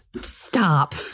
Stop